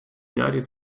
united